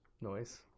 noise